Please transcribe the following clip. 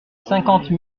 cinquante